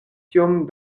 tiom